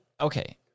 okay